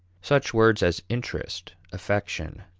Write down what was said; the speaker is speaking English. such words as interest, affection,